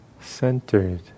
centered